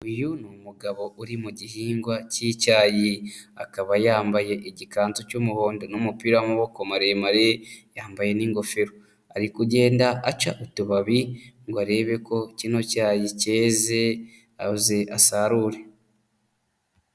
Uyu ni umugabo uri mu gihingwa cy'icyayi, akaba yambaye igikanzu cy'umuhondo n'umupira w'amaboko maremare, yambaye n'ingofero, ari kugenda aca utubabi ngo arebe ko kino cyayi cyeze maze asarure.